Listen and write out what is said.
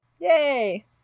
Yay